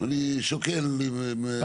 ואם אני שוקל אם לקבל איזושהי הארכה.